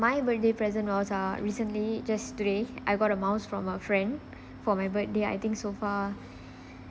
my birthday present was uh recently just today I got a mouse from a friend for my birthday I think so far